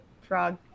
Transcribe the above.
frog